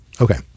Okay